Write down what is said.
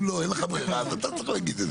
אם אין לך ברירה אז אתה צריך להגיד את